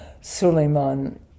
Suleiman